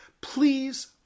Please